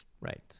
Right